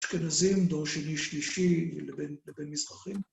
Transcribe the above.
‫אשכנזים, דור שני שלישי, לבין מזרחים.